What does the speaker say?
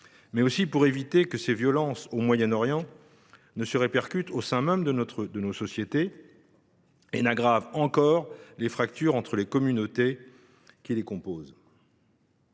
mais aussi pour éviter que ces violences au Moyen Orient ne se répercutent au sein même de nos sociétés et n’aggravent encore les fractures entre les communautés qui les composent.